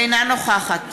אינה נוכחת